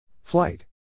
Flight